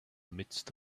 midst